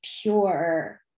pure